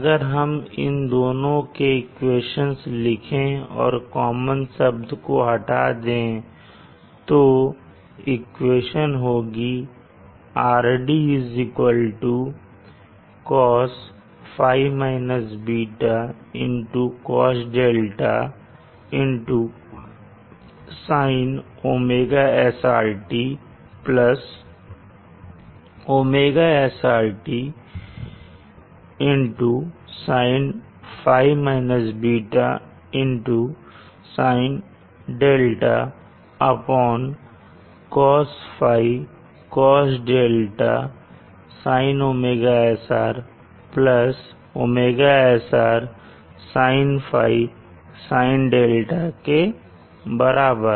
अगर हम इन दोनों के इक्वेशन लिखें और कॉमन शब्द को हटा दें तो अब इक्वेशन होगी RD Cosϕ βCos𝛿 Sinωsrt ωsrt Sinϕ - β Sin 𝛿 Cosϕ Cos𝛿 Sin ωsr ωsr Sin ϕ Sin 𝛿 के बराबर